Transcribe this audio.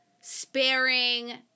sparing